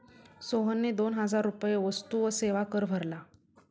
सोहनने दोन हजार रुपये वस्तू व सेवा कर भरला